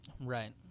Right